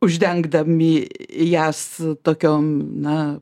uždengdami ją su tokiom na